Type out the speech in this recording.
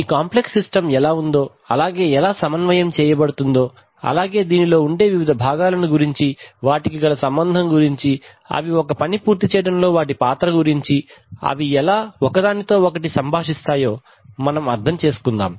ఈ complex system ఎలా ఉందో అలాగే ఎలా సమన్వయం చేయబడుతుందో అలాగే దీనిలో ఉండే వివిధ భాగాలను గురించి వాటికి గల సంబంధం గురించి అవి ఒక పని పూర్తి చేయడంలో వాటి పాత్ర గురించి అవి ఎలా ఒకదానితో ఒకటి సంభాషిస్తాయో మనం అర్థం చేసుకుందాం